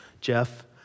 Jeff